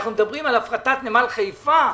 אנחנו מדברים על הפרטת נמל חיפה.